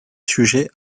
sujets